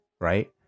right